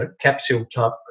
capsule-type